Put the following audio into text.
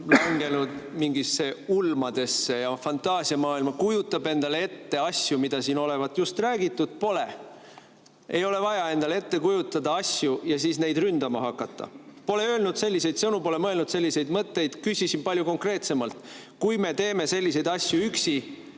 langenud mingitesse ulmadesse ja fantaasiamaailma, kujutab endale ette asju, mida siin olevat just räägitud. Pole! Ei ole vaja endale ette kujutada asju ja siis neid ründama hakata. Pole öelnud selliseid sõnu, pole mõelnud selliseid mõtteid! Küsisin palju konkreetsemalt: kui me teeme selliseid asju üksi